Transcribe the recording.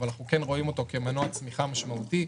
אבל אנחנו כן רואים אותו כמנוע צמיחה משמעותי.